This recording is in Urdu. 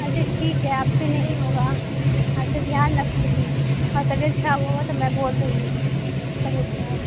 اچھا ٹھیک ہے اب سے نہیں ہوگا اب سے دھیان رکھوں گی اور طبیعت کھراب ہوگا تو میں بول دوں گی طبیعت کھراب